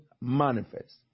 manifest